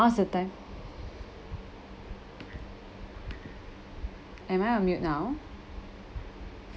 now's the time am I on mute now